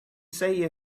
say